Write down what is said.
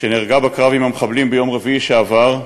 שנהרגה בקרב עם המחבלים ביום רביעי שעבר,